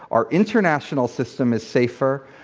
our international system is safer.